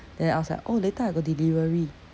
then I was like oh later I got delivery